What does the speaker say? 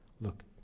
look